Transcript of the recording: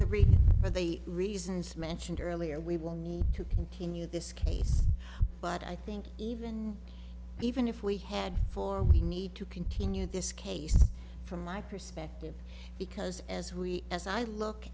the rate for the reasons mentioned earlier we will need to continue this case but i think even even if we had four we need to continue this case from my perspective because as we as i look